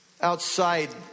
outside